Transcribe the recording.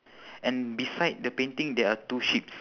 and beside the painting there are two sheeps